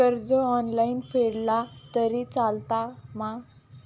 कर्ज ऑनलाइन फेडला तरी चलता मा?